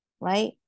right